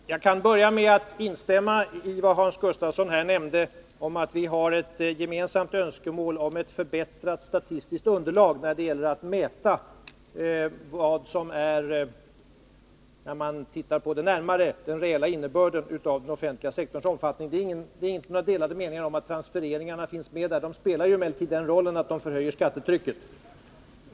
Herr talman! Jag kan börja med att instämma i vad Hans Gustafsson här sade om att vi har ett gemensamt önskemål om ett förbättrat statistiskt underlag när det gäller att mäta vad som är, när man ser på det närmare, den reella innebörden av den offentliga sektorns omfattning. Det råder inga delade meningar om att transfereringarna finns med där. De spelar emellertid den rollen, att de förhöjer skattetrycket.